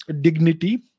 dignity